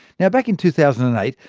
yeah back in two thousand and eight,